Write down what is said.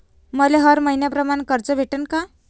मले हर मईन्याप्रमाणं कर्ज भेटन का?